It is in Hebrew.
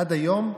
עד היום,